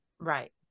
Right